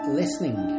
listening